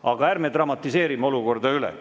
Aga ärme dramatiseerime olukorda üle.